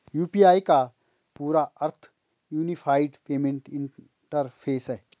UPI का पूरा अर्थ यूनिफाइड पेमेंट इंटरफ़ेस है